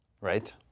right